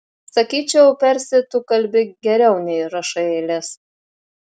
sakyčiau persi tu kalbi geriau nei rašai eiles